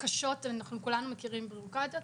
וכולנו מכירים ביורוקרטיות,